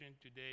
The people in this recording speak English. today